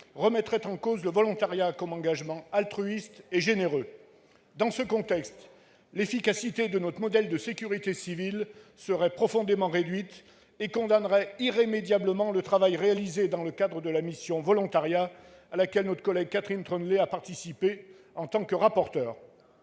remettrait en cause le volontariat comme engagement altruiste et généreux. Dans ce contexte, l'efficacité de notre modèle de sécurité civile serait profondément réduite, ce qui condamnerait irrémédiablement le travail réalisé dans le cadre de la mission volontariat, à laquelle notre collègue Catherine Troendlé a participé en tant que rapporteur.